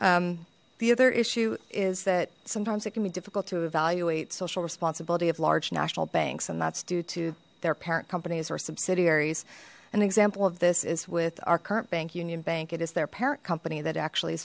the other issue is that sometimes it can be difficult to evaluate social responsibility of large national banks and that's due to their parent companies or subsidiaries an example of this is with our current bank union bank it is their parent company that actually